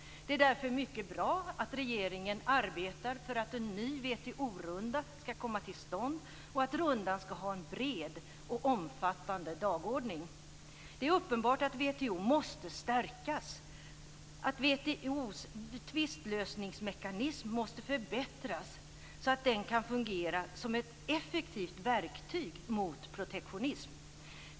Det är därför mycket bra att regeringen arbetar för att en ny WTO-runda skall komma till stånd och att rundan skall ha en bred och omfattande dagordning. Det är uppenbart att WTO måste stärkas och att WTO:s tvistlösningsmekanism måste förbättras så att den kan fungera som ett effektivt verktyg mot protektionism.